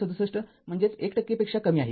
००६७ म्हणजे १ टक्केपेक्षा कमी आहे